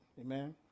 Amen